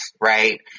right